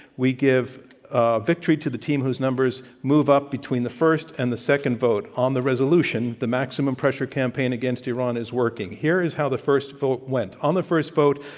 we give ah victory to the team whose numbers move up between the first and the second vote on the resolution, the maximum pressure campaign against iran is working. here is how the first vote went. on the first vote,